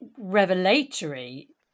revelatory